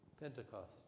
Pentecost